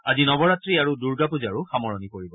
আজি নৱৰাত্ৰি আৰু দুৰ্গা পূজাৰো সামৰণি পৰিব